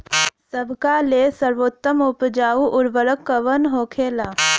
सबका ले सर्वोत्तम उपजाऊ उर्वरक कवन होखेला?